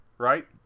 Right